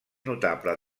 notable